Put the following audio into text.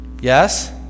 Yes